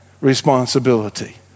responsibility